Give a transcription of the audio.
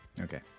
Okay